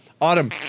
Autumn